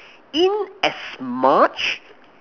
in as much